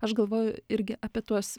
aš galvoju irgi apie tuos